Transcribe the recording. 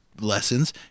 lessons